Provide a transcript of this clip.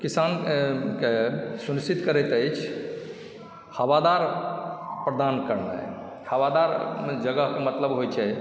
किसान सुनिश्चित करैत अइछ हवादार प्रदान कयनाइ हवादार जगहके मतलब होइत छै